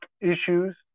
issues